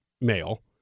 male